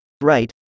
Right